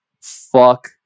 fuck